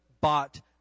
bought